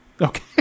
Okay